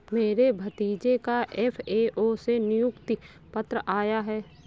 मेरे भतीजे का एफ.ए.ओ से नियुक्ति पत्र आया है